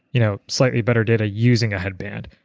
you know slightly better data using a headband.